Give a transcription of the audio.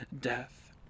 death